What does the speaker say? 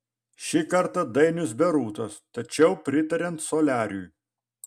šį kartą dainius be rūtos tačiau pritariant soliariui